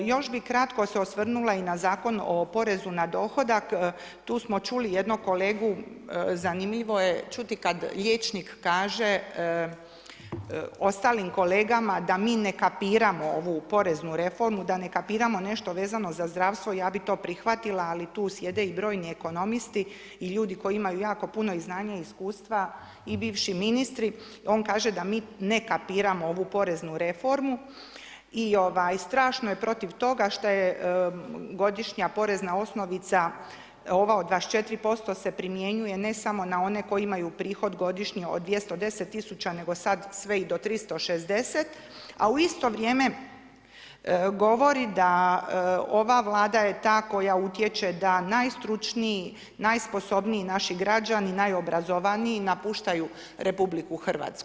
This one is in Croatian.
Još bi kratko se osvrnula i na Zakon o porezu na dohodak, tu smo čuli jednog kolegu, zanimljivo je čuti liječnik kaže ostalim kolegama da mi ne kapiramo ovu poreznu reformu, da ne kapiramo nešto vezano za zdravstvo, ja bi to prihvatila ali tu sjede i brojni ekonomisti i ljudi koji imaju i ljudi koji imaju jako puno i znanja i iskustva i bivši ministri, on kaže da mi ne kapiramo ovu poreznu reformu i strašno je protiv toga šta je godišnja porezna osnovica od 24% se primjenjuje ne samo na one koji imaju prihod godišnje od 210 000 nego sad sve i do 360, a u isto vrijeme govori da ova Vlada je ta koja utječe da najstručniji, najsposobniji naši građani, najobrazovaniji, napuštaju RH.